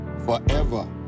Forever